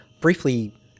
briefly